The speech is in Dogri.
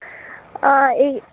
आं